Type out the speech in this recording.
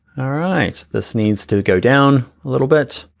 all right, this needs to go down a little bit.